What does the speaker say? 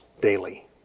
daily